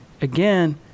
again